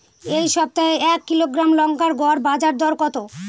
এই সপ্তাহে এক কিলোগ্রাম লঙ্কার গড় বাজার দর কত?